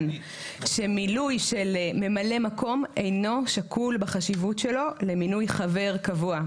שממלא מקום אינו שקול בחשיבות שלו למינוי חבר קבוע.